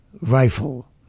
rifle